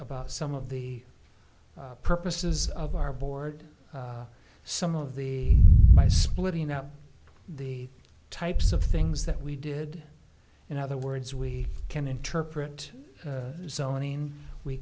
about some of the purposes of our board some of the by splitting out the types of things that we did in other words we can interpret